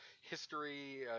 history